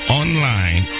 online